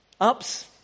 ups